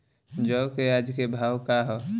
जौ क आज के भाव का ह?